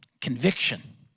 conviction